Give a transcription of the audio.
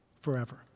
forever